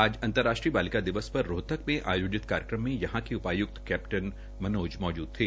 आज अंतर्राष्ट्रीय बालिका दिवस पर रोहतक में आयोजित कार्यक्रम में यहां के उपाय्क्त कप्टन मनोज मौजूद थे